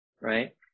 right